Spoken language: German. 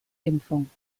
impfung